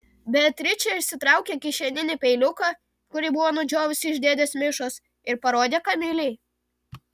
beatričė išsitraukė kišeninį peiliuką kurį buvo nudžiovusi iš dėdės mišos ir parodė kamilei